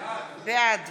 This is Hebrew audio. בעד